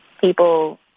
people